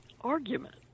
argument